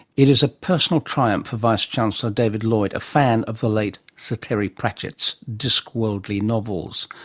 it is a personal triumph for vice chancellor david lloyd, a fan of the late sir terry pratchett's disc-worldly novels,